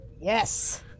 Yes